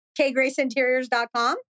Kgraceinteriors.com